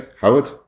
Howard